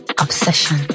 Obsession